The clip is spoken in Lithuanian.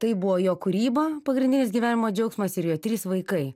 tai buvo jo kūryba pagrindinis gyvenimo džiaugsmas ir jo trys vaikai